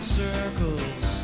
circles